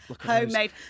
Homemade